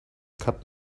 cut